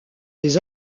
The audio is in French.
des